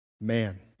man